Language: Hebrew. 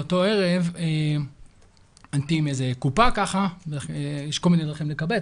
באותו ערב הייתי עם איזו קופה - יש כל מיני דרכים לקבץ.